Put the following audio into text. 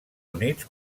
units